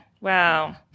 wow